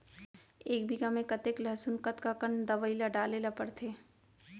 एक बीघा में कतेक लहसुन कतका कन दवई ल डाले ल पड़थे?